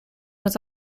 was